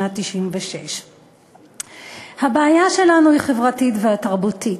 בשנת 1996. "הבעיה שלנו היא חברתית ותרבותית",